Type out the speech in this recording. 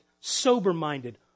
sober-minded